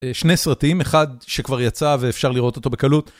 שני סרטים, אחד שכבר יצא ואפשר לראות אותו בקלות.